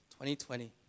2020